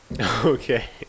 okay